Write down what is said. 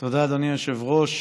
תודה, אדוני היושב-ראש.